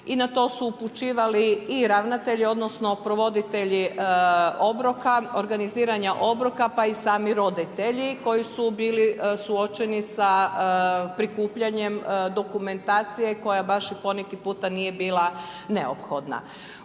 i na to su upućivali i ravnatelji odnosno provoditelji obroka, organiziranja obroka pa i sami roditelji koji su bili suočeni sa prikupljanjem dokumentacije koja baš i poneki puta nije bila neophodna.